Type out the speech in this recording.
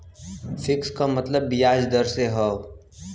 fix क मतलब बियाज दर से हौ